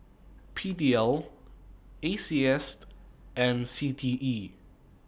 P D L A C S and C T E